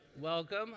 Welcome